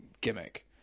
gimmick